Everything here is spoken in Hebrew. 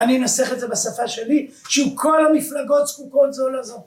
אני אנסח את זה בשפה שלי, שכל המפלגות זקוקות זו לזו.